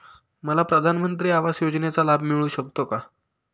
मला प्रधानमंत्री आवास योजनेचा लाभ मिळू शकतो का?